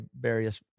various